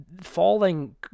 Falling